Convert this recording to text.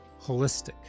holistic